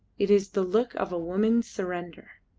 it is the look of woman's surrender.